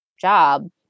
job